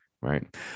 right